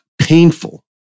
painful